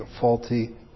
faulty